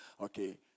Okay